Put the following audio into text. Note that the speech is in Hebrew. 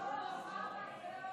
לא, נוכחת.